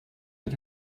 let